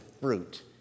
fruit